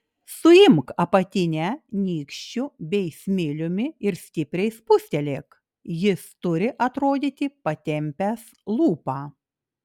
suimk apatinę nykščiu bei smiliumi ir stipriai spustelėk jis turi atrodyti patempęs lūpą